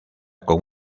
con